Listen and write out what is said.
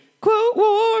quote-war